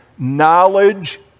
Knowledge